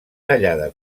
tallada